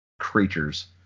Creatures